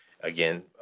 again